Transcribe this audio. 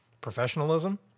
professionalism